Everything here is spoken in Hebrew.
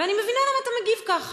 ואני מבינה למה אתה מגיב ככה.